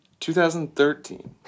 2013